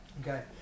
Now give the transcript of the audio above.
Okay